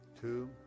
two